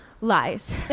Lies